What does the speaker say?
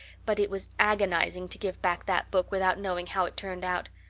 but it was agonizing to give back that book without knowing how it turned out.